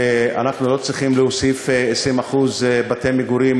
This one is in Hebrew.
ואנחנו לא צריכים להוסיף 20% בתי-מגורים